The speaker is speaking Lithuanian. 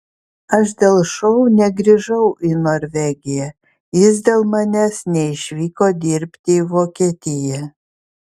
aš dėl šou negrįžau į norvegiją jis dėl manęs neišvyko dirbti į vokietiją